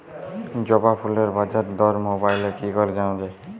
জবা ফুলের বাজার দর মোবাইলে কি করে জানা যায়?